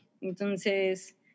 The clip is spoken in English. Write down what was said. Entonces